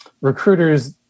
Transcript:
recruiters